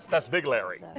that's big larry.